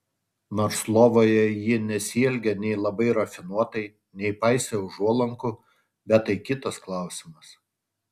nors lovoje ji nesielgė nei labai rafinuotai nei paisė užuolankų bet tai kitas klausimas